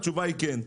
התשובה היא כן.